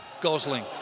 Gosling